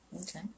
Okay